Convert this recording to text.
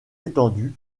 étendue